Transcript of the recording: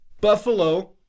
Buffalo